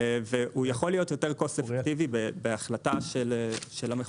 והוא יכול להיות יותר קוסט-אפקטיבי בהחלטה של המחוקק.